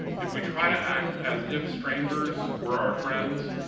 if we try to act as if strangers were our friends,